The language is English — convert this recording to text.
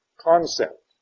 concept